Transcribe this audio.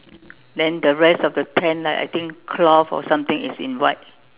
then the rest of the tent like I think cloth or something is in white